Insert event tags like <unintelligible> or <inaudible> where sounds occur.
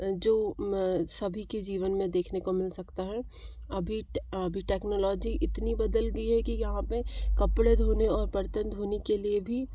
जो सभी के जीवन मे देखने को मिल सकता है अभी <unintelligible> अभी टेक्नॉलजी इतनी बदल गई है की यहाँ पर कपड़े धोने और बर्तन धोने के लिए भी